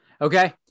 okay